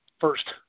First